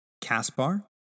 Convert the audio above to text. Caspar